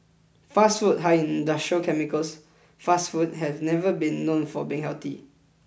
fast food high in industrial chemicals fast food has never been known for being healthy